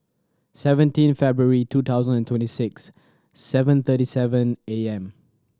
seventeen February two thousand and twenty six seven thirty seven A M